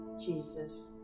Jesus